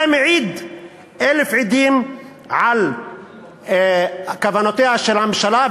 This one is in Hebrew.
זה מעיד כאלף עדים על כוונותיה של הממשלה,